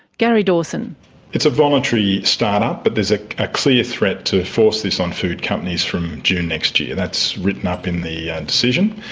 gary dawson it's a voluntary start up, but there's a clear threat to force this on food companies from june next year. that's written up in the and decision,